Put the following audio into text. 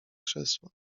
krzesła